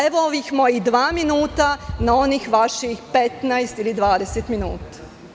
Evo, ovih mojih dva minuta na onih vaših 15 ili 20 minuta.